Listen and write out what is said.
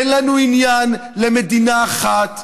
אין לנו עניין למדינה אחת,